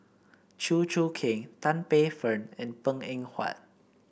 Chew Choo Keng Tan Paey Fern and Png Eng Huat